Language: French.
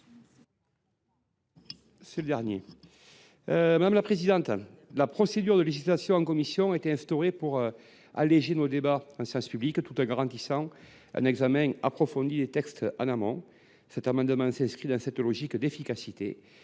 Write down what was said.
est à M. Michel Masset. La procédure de législation en commission (LEC) a été instaurée pour alléger nos débats en séance publique tout en garantissant un examen approfondi des textes en amont. Cet amendement s’inscrit dans cette logique d’efficacité